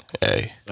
hey